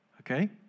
okay